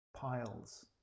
piles